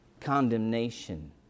condemnation